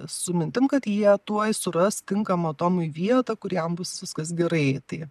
su mintim kad jie tuoj suras tinkamą tomui vietą kur jam bus viskas gerai tai